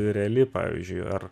reali pavyzdžiui ar